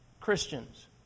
Christians